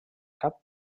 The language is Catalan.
cap